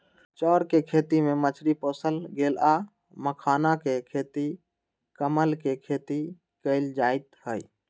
चौर कें खेती में मछरी पोशल गेल आ मखानाके खेती कमल के खेती कएल जाइत हइ